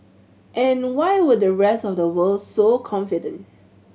and why were the rest of the world so confident